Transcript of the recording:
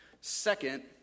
Second